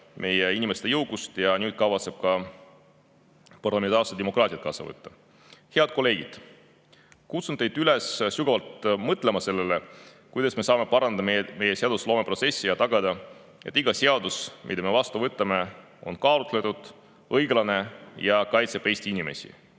meie inimeste jõukust ja nüüd kavatseb ka parlamentaarse demokraatia kaasa võtta. Head kolleegid! Kutsun teid üles sügavalt mõtlema sellele, kuidas me saame parandada oma seadusloomeprotsessi ja tagada, et iga seadus, mille me vastu võtame, on kaalutletud, õiglane ja kaitseb Eesti inimesi.